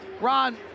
Ron